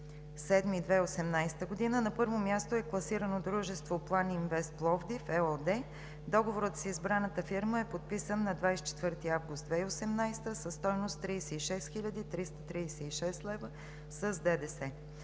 2018 г., на първо място е класирано дружество „План Инвест Пловдив“ ЕООД. Договорът с избраната фирма е подписан на 24 август 2018 г. със стойност 36 хил. 336 лв. с ДДС.